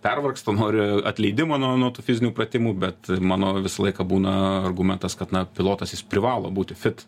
pervargsta nori atleidimo nuo nuo tų fizinių pratimų bet mano visą laiką būna argumentas kad na pilotas jis privalo būti fit